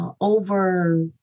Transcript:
over